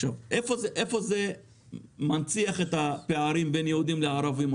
איפה זה מנציח את הפערים בין יהודים לערבים,